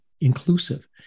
inclusive